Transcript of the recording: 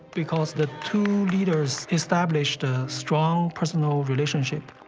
because the two leaders established a strong personal relationship.